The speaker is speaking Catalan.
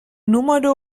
número